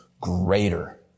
greater